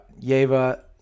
Yeva